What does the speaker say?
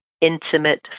intimate